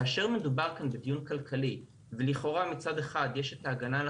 כאשר מדובר כאן בדיון כלכלי ולכאורה מצד אחד יש את ההגנה על